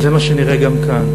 זה מה שנראה גם כאן.